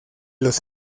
los